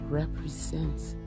represents